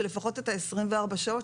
של לפחות 24 שעות.